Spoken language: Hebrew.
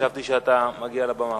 חשבתי שאתה מגיע לבמה.